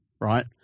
right